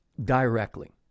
directly